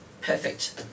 perfect